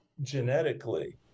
genetically